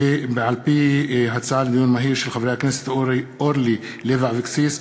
מהיר בהצעת חברי הכנסת אורלי לוי אבקסיס,